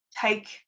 take